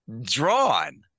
Drawn